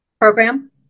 program